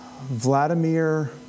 Vladimir